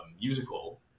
musical